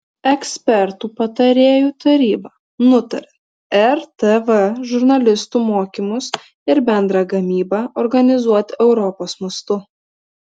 ekspertų patarėjų taryba nutarė rtv žurnalistų mokymus ir bendrą gamybą organizuoti europos mastu